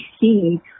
see